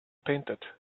painted